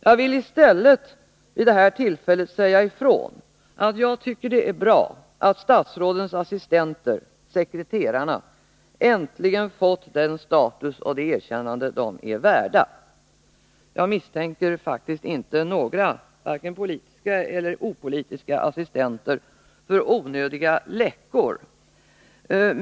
Jag vill i stället vid det här tillfället säga ifrån att jag tycker det är bra att statsrådens assistenter — sekreterarna — äntligen fått den status och det erkännande de är värda. Jag misstänker faktiskt inte några, varken politiska eller opolitiska, assistenter för onödiga läckor.